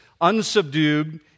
unsubdued